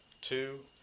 Two